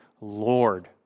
Lord